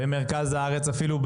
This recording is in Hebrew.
במרכז הארץ אפילו,